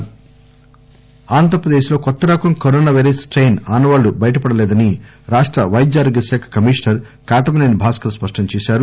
AP కొత్త corona ఆంధ్ర ప్రదేశ్లో కొత్త రకం కరోనా పైరస్ స్టెయిన్ ఆనవాళ్లు బయటపడలేదని రాష్ట వైద్య ఆరోగ్యశాఖ కమిషనర్ కాటమనేని బాస్కర్ స్పష్టం చేశారు